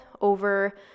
over